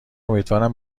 امیدوارم